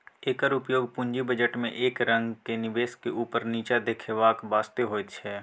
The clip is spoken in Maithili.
एकर उपयोग पूंजी बजट में एक रंगक निवेश के ऊपर नीचा देखेबाक वास्ते होइत छै